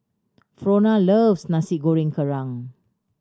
Frona loves Nasi Goreng Kerang